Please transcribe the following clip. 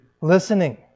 Listening